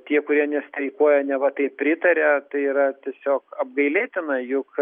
tie kurie nestreikuoja neva tai pritaria tai yra tiesiog apgailėtina juk